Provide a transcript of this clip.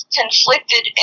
conflicted